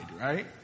right